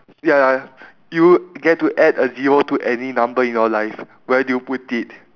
ya you get to add a zero to any number in your life where do you put it